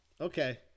Okay